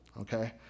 Okay